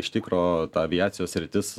iš tikro ta aviacijos sritis